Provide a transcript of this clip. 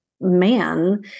man